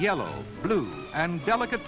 yellow blue and delicate